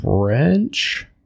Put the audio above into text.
French